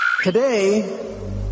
Today